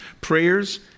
prayers